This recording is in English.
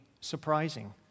surprising